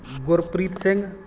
Gurpreet Singh